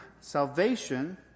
salvation